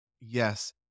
Yes